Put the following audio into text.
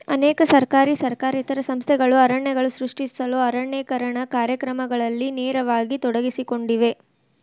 ಅನೇಕ ಸರ್ಕಾರಿ ಸರ್ಕಾರೇತರ ಸಂಸ್ಥೆಗಳು ಅರಣ್ಯಗಳನ್ನು ಸೃಷ್ಟಿಸಲು ಅರಣ್ಯೇಕರಣ ಕಾರ್ಯಕ್ರಮಗಳಲ್ಲಿ ನೇರವಾಗಿ ತೊಡಗಿಸಿಕೊಂಡಿವೆ